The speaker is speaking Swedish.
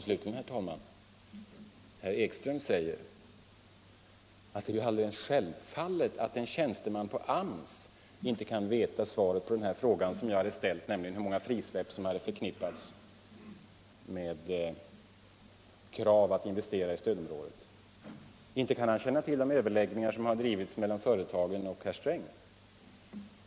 Slutligen, herr talman, säger herr Ekström att det är alldeles självfallet att en tjänsteman på AMS inte kan veta svaret på den fråga som jag hade ställt, nämligen hur många frisläpp som hade förknippats med krav på investering i stödområdet. Inte kan en sådan tjänsteman känna till de överläggningar som har drivits mellan företagen och herr Sträng, menar herr Ekström.